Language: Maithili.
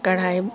कढ़ाइ